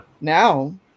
Now